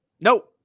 Nope